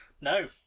No